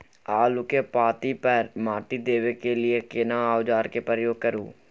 आलू के पाँति पर माटी देबै के लिए केना औजार के प्रयोग करू?